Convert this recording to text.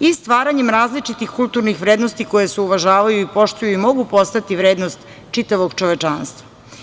i stvaranjem različitih kulturnih vrednosti koje se uvažavaju i poštuju i mogu postati vrednost čitavog čovečanstva.